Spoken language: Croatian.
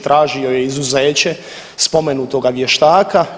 Tražio je izuzeće spomenutoga vještaka.